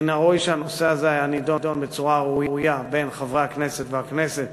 מן הראוי שהנושא הזה היה נדון בצורה ראויה בין חברי הכנסת והכנסת